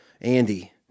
Andy